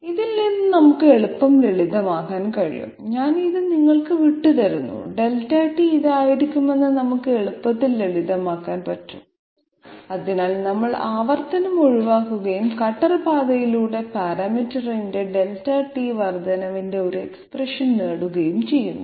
ഇതിൽ നിന്ന് നമുക്ക് എളുപ്പം ലളിതമാക്കാൻ കഴിയും ഞാൻ ഇത് നിങ്ങൾക്ക് വിട്ടുതരുന്നു ∆t ഇതായിരിക്കുമെന്ന് നമുക്ക് എളുപ്പത്തിൽ ലളിതമാക്കാൻ കഴിയും അതിനാൽ നമ്മൾ ആവർത്തനം ഒഴിവാക്കുകയും കട്ടർ പാതയിലൂടെ പാരാമീറ്ററിന്റെ ∆t വർദ്ധനവിന്റെ ഒരു എക്സ്പ്രഷൻ നേടുകയും ചെയ്യുന്നു